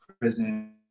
prison